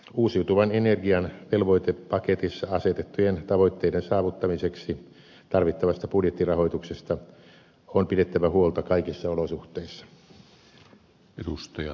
uusiutuvan energian velvoitepaketissa asetettujen tavoitteiden saavuttamiseksi tarvittavasta budjettirahoituksesta on pidettävä huolta kaikissa olosuh teissa